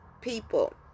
people